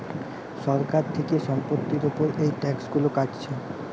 সরকার থিকে সম্পত্তির উপর এই ট্যাক্স গুলো কাটছে